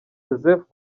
joseph